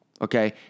Okay